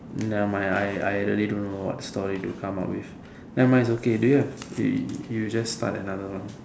nevermind I I really don't know what story to come up with nevermind it's okay do you have you just start another one